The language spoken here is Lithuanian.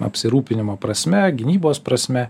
apsirūpinimo prasme gynybos prasme